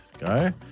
go